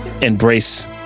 embrace